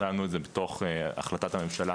הצענו את זה בתוך החלטת הממשלה